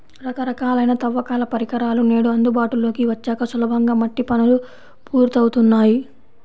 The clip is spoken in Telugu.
రకరకాలైన తవ్వకాల పరికరాలు నేడు అందుబాటులోకి వచ్చాక సులభంగా మట్టి పనులు పూర్తవుతున్నాయి